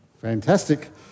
Fantastic